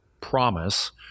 promise